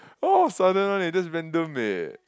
all of a sudden one eh just random eh